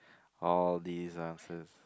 all these answers